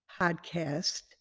podcast